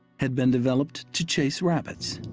had been developed to chase rabbits.